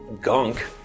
gunk